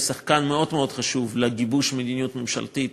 שחקן מאוד מאוד חשוב בגיבוש המדיניות הממשלתית